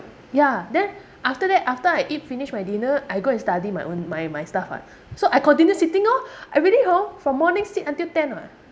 ya then after that after I eat finish my dinner I go and study my own my my stuff [what] so I continue sitting orh I really hor from morning sit until ten [what]